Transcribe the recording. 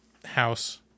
house